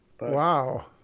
Wow